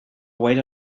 wait